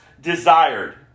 desired